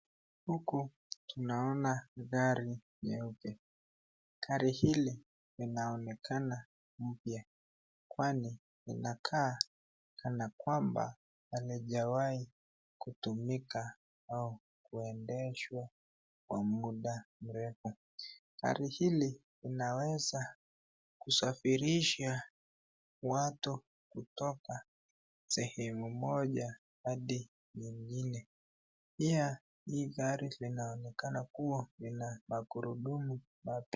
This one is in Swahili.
Huku naona gari nyeupe. gari hili linaonekana mpya kwani linakaa kana kwamba halijawai kutumika au kuendeshwa kwa muda mrefu. Gari hili linaweza kusafirisha watu kutoka sehemu moja hadi nyingine pia hili gari linaonekana kuwa lina magurudumu mapya.